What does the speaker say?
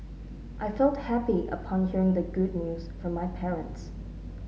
I felt happy upon hearing the good news from my parents